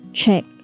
check